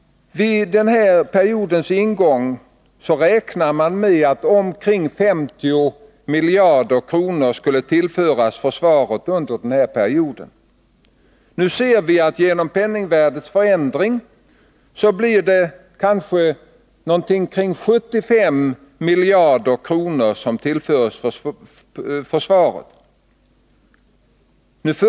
Vid periodens ingång räknade man med att omkring 50 miljarder kronor skulle tillföras försvaret under perioden. På grund av penningvärdets förändring blir det nu omkring 75 miljarder kronor som tillförs försvaret.